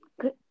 Good